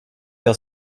jag